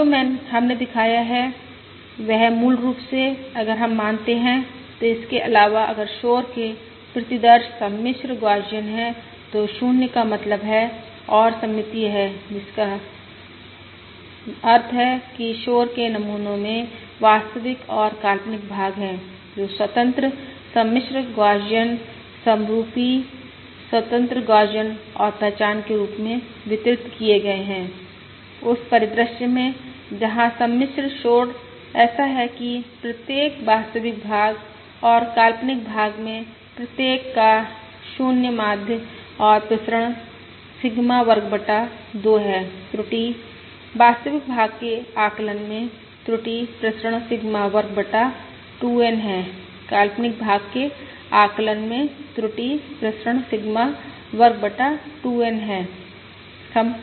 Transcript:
और जो हमने दिखाया है वह मूल रूप से अगर हम मानते हैं तो इसके अलावा अगर शोर के प्रतिदर्श सम्मिश्र गौसियन हैं तो 0 का मतलब है और सममितीय है जिसका अर्थ है कि शोर के नमूनों में वास्तविक और काल्पनिक भाग हैं जो स्वतंत्र सम्मिश्र गौसियन समरुपी स्वतंत्र गौसियन और पहचान के रूप में वितरित किए गए हैं उस परिदृश्य में जहां सम्मिश्र शोर ऐसा है कि प्रत्येक वास्तविक भाग और काल्पनिक भाग में प्रत्येक का 0 माध्य और प्रसरण सिग्मा वर्ग बटा 2 है त्रुटि वास्तविक भाग के आकलन में त्रुटि प्रसरण सिग्मा वर्ग बटा 2N है काल्पनिक भाग के आकलन में त्रुटि प्रसरण सिग्मा वर्ग बटा 2N है